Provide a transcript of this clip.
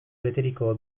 beteriko